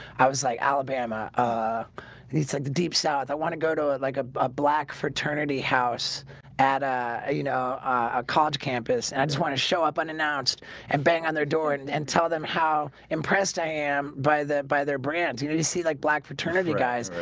i was like, alabama ah he said the deep south i want to go to ah like a ah black fraternity house at a you know ah college campus, i just want to show up unannounced and bang on their door and and tell them how impressed i am by the by their brands you know you see like black fraternity guys.